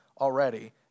already